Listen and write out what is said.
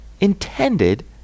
intended